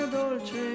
dolce